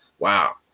Wow